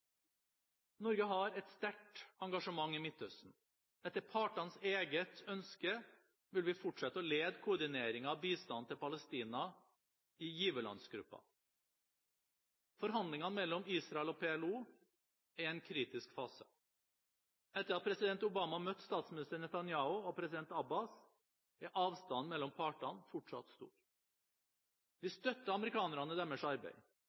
Norge har et sterkt engasjement i Midtøsten. Etter partenes eget ønske vil vi fortsette å lede koordineringen av bistanden til Palestina i Giverlandsgruppen. Forhandlingene mellom Israel og PLO er i en kritisk fase. Etter at president Obama møtte statsminister Netanyahu og president Abbas, er avstanden mellom partene fortsatt stor. Vi støtter amerikanerne i deres arbeid.